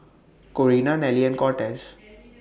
Corina Nelly and Cortez